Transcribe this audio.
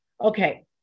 Okay